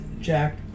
Jack